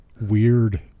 weird